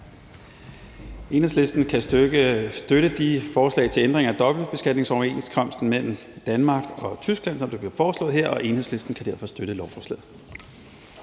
Enhedslisten kan støtte de forslag til ændringer af dobbeltbeskatningsoverenskomsten mellem Danmark og Tyskland, som der bliver foreslået her, og Enhedslisten kan derfor støtte lovforslaget.